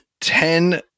ten